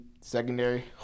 secondary